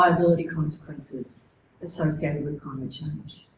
liability consequences associated with climate change.